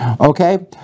Okay